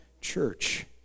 church